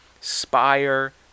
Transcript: Spire